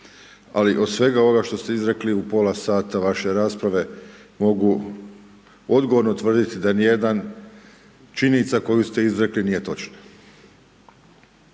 ali od svega ovog što ste izrekli u pola sata vaše rasprave, mogu odgovorno tvrditi da ni jedna činjenica koju ste izrekli nije točna.